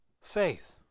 faith